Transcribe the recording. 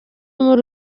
muri